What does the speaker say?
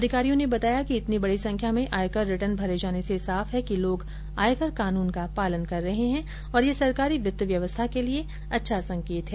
अधिकारियों ने बताया कि इतनी बड़ी संख्या में आयकर रिटर्न भरे जाने से साफ है कि लोग आयकर कानून का पालन कर रहे हैं और यह सरकारी वित्त व्यवस्था के लिए अच्छा संकेत हैं